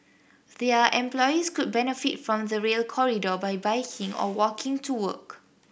their employees could benefit from the Rail Corridor by biking or walking to work